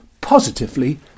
positively